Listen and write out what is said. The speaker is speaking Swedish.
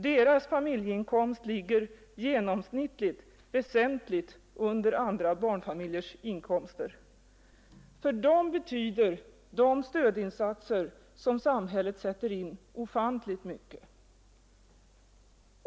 Deras familjeinkomst ligger genomsnittligt väsentligt under andra barnfamiljers inkomster. För dem betyder de stödinsatser som samhället sätter in ofantligt mycket.